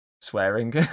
swearing